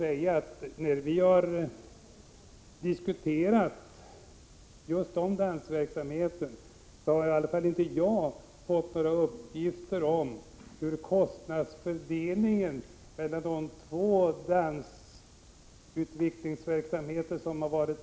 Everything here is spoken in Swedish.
När vi diskuterat dansverksamheten har i varje fall inte jag fått några uppgifter om kostnadsfördelningen mellan de två dansverksamheter som funnits.